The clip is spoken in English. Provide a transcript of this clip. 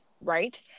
Right